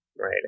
right